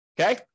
Okay